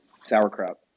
Sauerkraut